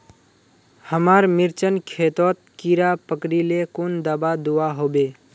हमार मिर्चन खेतोत कीड़ा पकरिले कुन दाबा दुआहोबे?